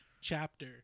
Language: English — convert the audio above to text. chapter